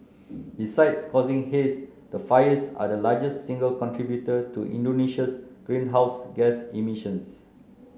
besides causing haze the fires are the largest single contributor to Indonesia's greenhouse gas emissions